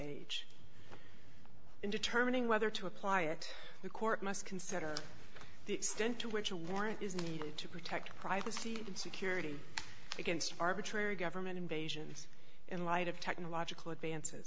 age in determining whether to apply it the court must consider the extent to which a warrant is needed to protect privacy and security against arbitrary government invasions in light of technological advances